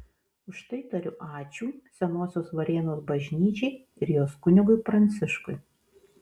už tai tariu ačiū senosios varėnos bažnyčiai ir jos kunigui pranciškui